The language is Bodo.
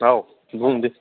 औ बुं दे